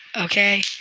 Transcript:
Okay